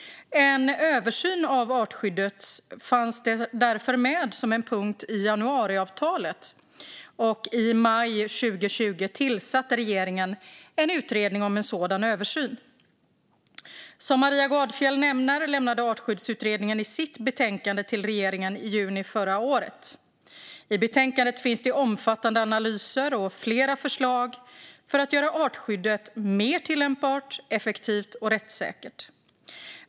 En översyn av artskyddet fanns därför med som en punkt i januariavtalet, och i maj 2020 tillsatte regeringen en utredning om en sådan översyn. Som Maria Gardfjell nämner lämnade Artskyddsutredningen sitt betänkande till regeringen i juni förra året. I betänkandet finns det omfattande analyser och flera förslag för att göra artskyddet mer tillämpbart, effektivt och rättssäkert.